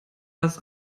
das